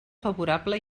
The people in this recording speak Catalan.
favorable